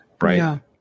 Right